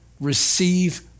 receive